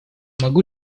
могу